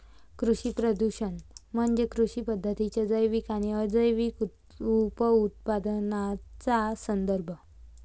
कृषी प्रदूषण म्हणजे कृषी पद्धतींच्या जैविक आणि अजैविक उपउत्पादनांचा संदर्भ